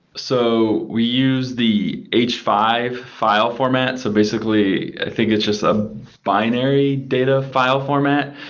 so we use the h five file format. so basically, i think it's just a binary data file format.